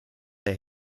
der